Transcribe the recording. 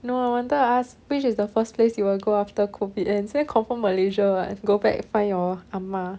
no I wanted to ask which is the first place you will go after COVID and then say confirm malaysia what go back find your 阿嫲